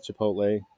Chipotle